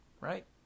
Right